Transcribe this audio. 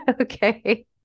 okay